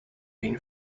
been